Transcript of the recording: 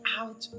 out